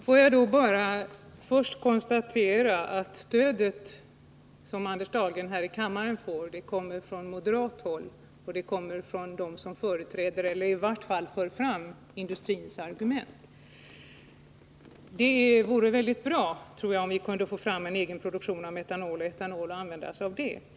Fru talman! Får jag först konstatera att stödet som Anders Dahlgren får häri kammaren bara kommer från moderat håll och från dem som företräder industrin eller i vart fall för fram industrins argument. Jag tror det vore väldigt bra om vi kunde få i gång en egen produktion av metanol och etanol och kunde använda oss av dessa bränslen.